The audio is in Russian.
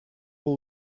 был